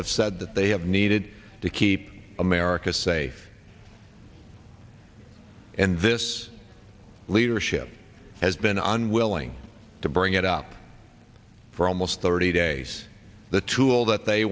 have said that they have needed to keep america safe and this leadership has been unwilling to bring it up for almost thirty days the tool that they